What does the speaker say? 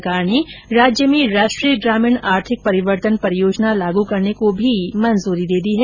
सरकार ने राज्य में राष्ट्रीय ग्रामीण आर्थिक परिवर्तन परियोजना लागू करने को भी मंजूरी दे दी है